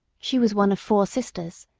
she was one of four sisters.